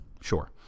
Sure